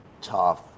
tough